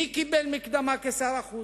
מי קיבל מקדמה כשר החוץ?